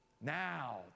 Now